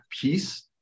peace